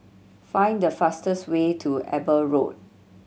find the fastest way to Eber Road